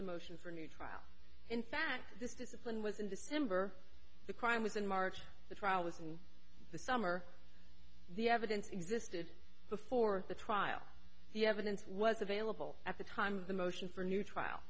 the motion for a new trial in fact this discipline was in december the crime was in march the trial was in the summer the evidence existed before the trial the evidence was available at the time of the motion for a new trial